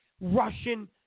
Russian